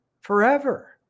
forever